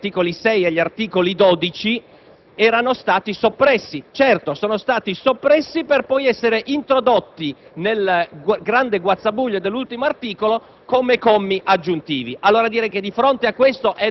constatavo con piacere che gli articoli 6 e 12 erano stati soppressi. Certo, sono stati soppressi per poi essere introdotti nel grande guazzabuglio dell'ultimo articolo